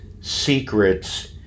secrets